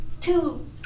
two